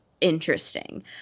interesting